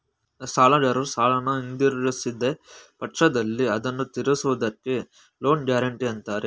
ಸಾಲಗಾರರು ಸಾಲನ ಹಿಂದಿರುಗಿಸಿದ ಪಕ್ಷದಲ್ಲಿ ಬ್ಯಾಂಕ್ ಅದನ್ನು ತಿರಿಸುವುದಕ್ಕೆ ಲೋನ್ ಗ್ಯಾರೆಂಟಿ ಅಂತಾರೆ